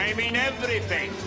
mean everything.